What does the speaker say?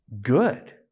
good